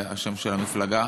השם של המפלגה,